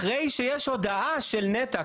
אחרי שיש הודעה של נת"ע,